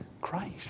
Christ